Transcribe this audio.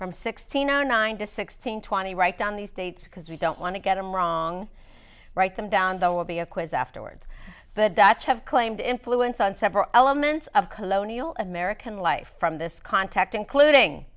from sixteen zero nine to sixteen twenty write down these dates because we don't want to get them wrong write them down there will be a quiz afterwards the dutch have claimed influence on several elements of colonial american life from this contact including